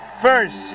first